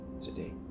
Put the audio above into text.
today